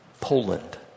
Poland